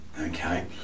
okay